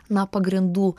na pagrindų